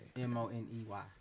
M-O-N-E-Y